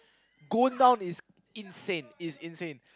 going down is insane is insane